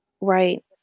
right